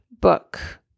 book